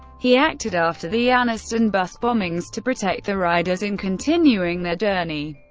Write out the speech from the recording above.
he acted after the anniston bus bombings to protect the riders in continuing their journey,